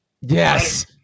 Yes